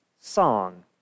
song